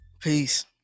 Peace